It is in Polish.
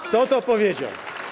Kto to powiedział?